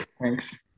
Thanks